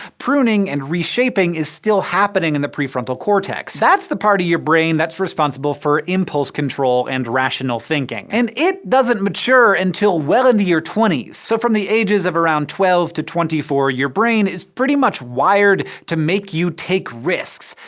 pruning and reshaping is still happening in the prefrontal cortex. that's the part of your brain that's responsible for impulse control and rational thinking. and it doesn't mature until well into your twenty s. so from the ages of around twelve twenty four, your brain is pretty much wired to make you take risks,